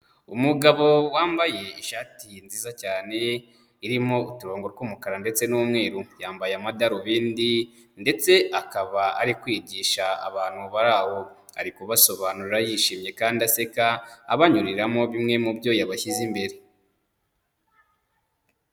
Umugabo wambaye ishati nziza cyane irimo uturongo tw'umukara ndetse n'umweru, yambaye amadarubindi ndetse akaba ari kwigisha abantu bari aho, ari kubasobanurira yishimye kandi aseka abanyuriramo bimwe mu byo yabashyize imbere.